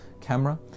camera